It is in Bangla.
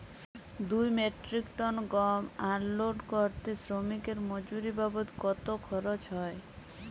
দুই মেট্রিক টন গম আনলোড করতে শ্রমিক এর মজুরি বাবদ কত খরচ হয়?